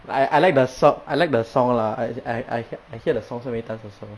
I I like the song I like the song lah I I I hear I hear the song so many times also